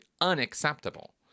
unacceptable